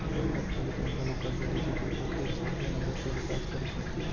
नगरपालिका ह घलोक करजा लेथे जरुरत के हिसाब ले नगर के बिकास करे खातिर